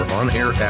on-air